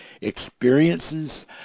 experiences